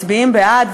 מצביעים בעד,